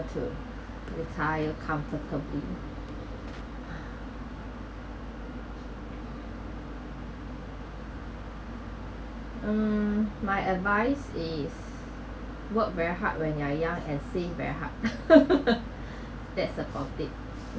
to retire comfortably um my advise is work very hard when you are young and save very hard that's the complete